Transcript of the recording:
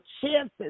chances